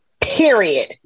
period